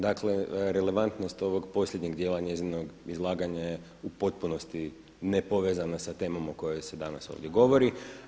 Dakle, relevantnost ovog posljednjeg dijela njezinog izlaganja je u potpunosti nepovezana sa temom o kojoj se danas ovdje govori.